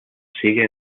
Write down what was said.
sigue